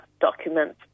documents